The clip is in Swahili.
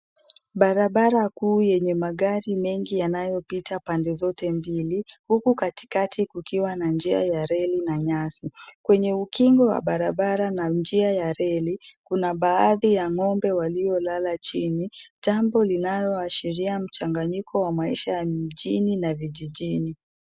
Barabara kuu yenye magari mengi yanayopita pande zote mbili huku katikati kukiwa na njia ya reli na nyasi. Kwenye ukingo wa barabara na njia ya reli, kuna baadhi ya ngombe waliolala chini, jambo linaloashiria mchanganyiko wa maisha ya mjini na vijijini.